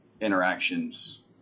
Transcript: interactions